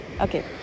Okay